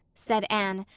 said anne,